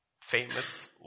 Famous